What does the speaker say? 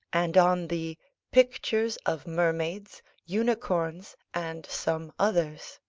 and on the pictures of mermaids, unicorns, and some others,